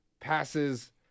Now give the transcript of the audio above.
passes